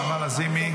נעמה לזימי,